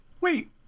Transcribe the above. Wait